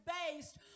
based